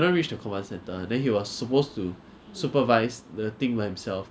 like 别人会抢你东西 no one will throw egg at your car or whatever also